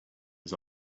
his